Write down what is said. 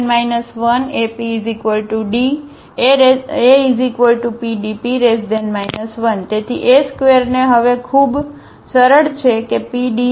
P 1APD⇒APDP 1 તેથી A2 હવે ખૂબ સરળ છે PD2P 1